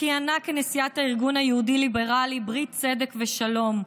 וכיהנה כנשיאת הארגון היהודי-ליברלי ברית צדק ושלום.